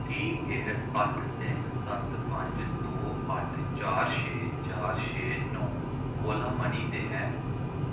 ਕੀ ਇਹ ਅੱਠ ਤਿੰਨ ਸੱਤ ਪੰਜ ਦੋ ਅੱਠ ਚਾਰ ਛੇ ਚਾਰ ਛੇ ਨੌਂ ਓਲਾ ਮਨੀ 'ਤੇ ਹੈ